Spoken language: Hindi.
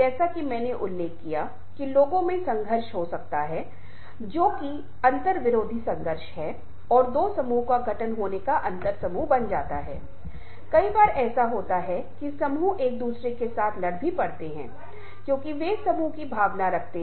हालाँकि यह पता चलता है कि जीवन में हर चीज हमेशा बदलती रहती है और उसका अनुभव होता है जहाँ आप देखते हैं कि यदि आपने 2 साल तक पावर प्वाइंट का उपयोग नहीं किया है तो शायद आप पुराने जमाने के हैं आप भूल गए हैं कि क्या हुआ है और आप वास्तव में नया नहीं जानते हैं जो बातें सामने आई हैं